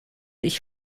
ich